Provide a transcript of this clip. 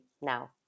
now